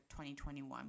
2021